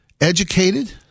educated